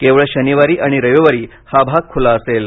केवळ शनिवारी आणि रविवारी हा भाग खुला असेल